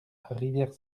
rivière